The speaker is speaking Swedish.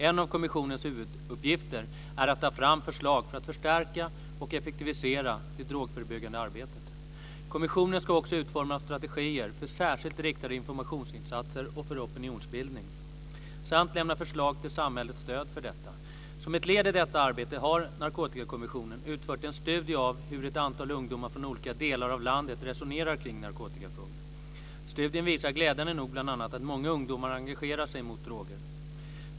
En av kommissionens huvuduppgifter är att ta fram förslag för att förstärka och effektivisera det drogförebyggande arbetet. Kommissionen ska också utforma strategier för särskilt riktade informationsinsatser och för opinionsbildning samt lämna förslag till samhällets stöd för detta. Som ett led i detta arbete har Narkotikakommissionen utfört en studie av hur ett antal ungdomar från olika delar av landet resonerar kring narkotikafrågor. Studien visar glädjande nog bl.a. att många ungdomar engagerar sig mot droger.